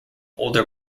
older